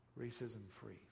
racism-free